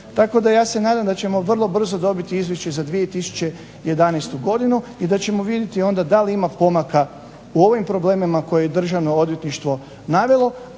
Tako da ja se nadam da ćemo vrlo brzo dobiti Izvješće za 2011. godinu i da ćemo vidjeti onda da li ima pomaka u ovim problemima koje je državno odvjetništvo navelo,